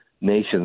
nation's